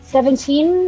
Seventeen